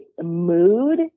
mood